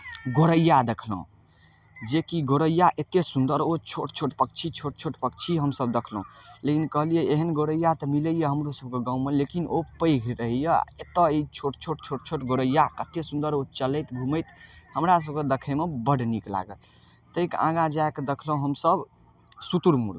गौरैया देखलहुँ जेकि गौरैया एते सुन्दर ओ छोट छोट पक्षी छोट छोट पक्षी हमसब देखलहुँ लेकिन कहलिये एहन गौरैया तऽ मिलैये हमरो सबके गाँवमे लेकिन ओ पैघ रहैये आओर एतऽ ई छोट छोट गौरैया कते सुन्दर ओ चलैत घूमैत हमरा सबके देखयमे बड नीक लागल तैके आगाँ जाके देखलहुँ हमसब शुतुरमुर्ग